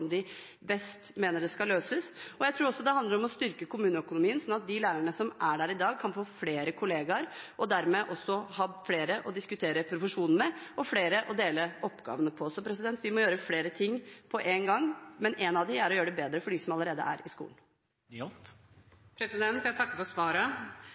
de best mener det skal løses. Jeg tror også det handler om å styrke kommuneøkonomien, sånn at de lærerne som er der i dag, kan få flere kollegaer og dermed også ha flere å diskutere profesjonen med og flere å dele oppgavene på. Så vi må gjøre flere ting på én gang, en av de tingene er å gjøre det bedre for dem som allerede er i skolen. Hege Bae Nyholt – til oppfølgingsspørsmål. Jeg takker for svaret.